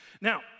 Now